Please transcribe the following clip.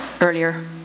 earlier